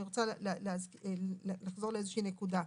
אני רוצה לחזור לאיזה נקודה.